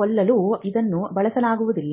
ಕೊಲ್ಲಲು ಇದನ್ನು ಬಳಸಲಾಗುವುದಿಲ್ಲ